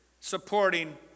supporting